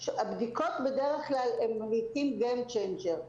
הבדיקות בדרך כלל הם Game Changer,